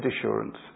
assurance